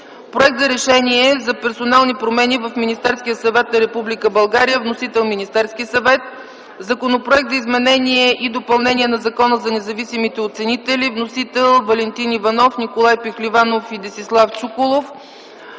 Проект за Решение за персонални промени в Министерския съвет на Република България. Вносител е Министерският съвет. Законопроект за изменение и допълнение на Закона за независимите оценители. Вносители са Валентин Иванов, Николай Пехливанов и Десислав Чуколов.